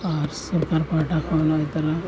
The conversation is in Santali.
ᱟᱨ ᱥᱚᱨᱠᱟᱨ ᱯᱟᱦᱴᱟ ᱠᱷᱚᱱ ᱦᱚᱸ ᱛᱟᱨᱟ